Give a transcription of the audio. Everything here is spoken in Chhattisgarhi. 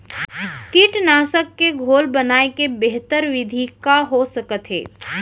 कीटनाशक के घोल बनाए के बेहतर विधि का हो सकत हे?